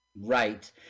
Right